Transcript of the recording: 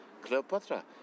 Cleopatra